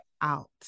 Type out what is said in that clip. out